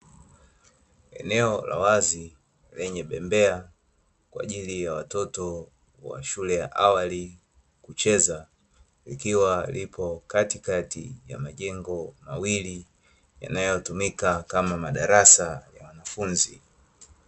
Eneo la wazi lenye bembea kwa ajili ya watoto wa shule ya awali kucheza, likiwa lipo katikati ya majengo mawili, yanayotumika kama madarasa ya wanafunzi.